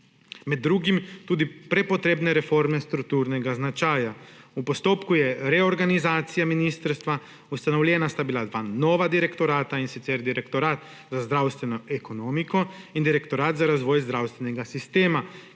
med drugim tudi prepotrebne reforme strukturnega značaja. V postopku je reorganizacija ministrstva, ustanovljena sta bila dva nova direktorata, in sicer Direktorat za zdravstveno ekonomiko in Direktorat za razvoj zdravstvenega sistema,